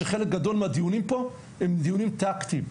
שחלק גדול מהדיונים פה הם דיונים טקטיים,